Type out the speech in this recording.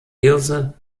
hirse